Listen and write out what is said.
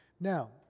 Now